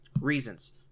reasons